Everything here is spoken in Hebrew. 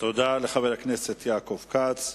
תודה לחבר הכנסת יעקב כץ.